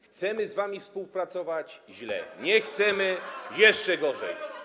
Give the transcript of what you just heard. Chcemy z wami współpracować - źle, nie chcemy - jeszcze gorzej.